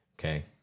Okay